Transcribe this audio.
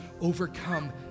overcome